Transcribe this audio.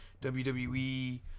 wwe